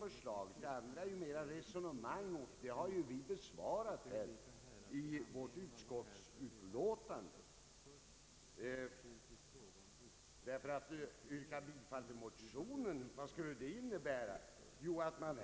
Men detta är mera resonemang, som vi har besvarat i utskottsutlåtandet. Vad skulle ett bifall till det konkreta förslaget i motionerna innebära?